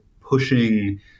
pushing